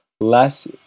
less